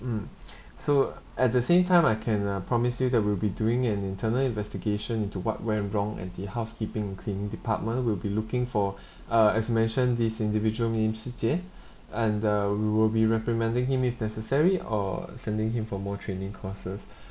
mm so at the same time I can uh promise you that we'll be doing an internal investigation into what went wrong and the housekeeping and cleaning department will be looking for uh as mentioned this individual name shi jie and uh we'll be reprimanding him if necessary or sending him for more training courses